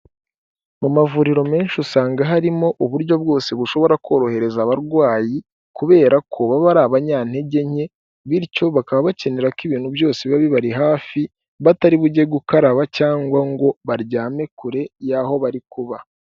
Mu mavuriro menshi usanga harimo uburyo bwose bushobora korohereza abarwayi kubera ko baba ari abanyantege nke bityo bakaba bakenera ko ibintu byose bibaba hafi batari bujye gukaraba cyangwa ngo baryame kure y'aho bari kuba.